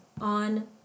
on